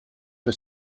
for